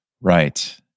Right